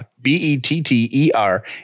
B-E-T-T-E-R